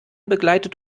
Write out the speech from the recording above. begleitet